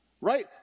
right